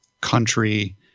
country